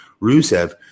rusev